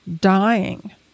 dying